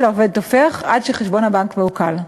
161) (הגשת דין-וחשבון מקוון),